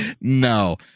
No